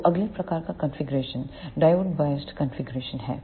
तो अगले प्रकार का कॉन्फ़िगरेशन डायोड बायस्ड कॉन्फ़िगरेशन है